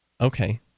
Okay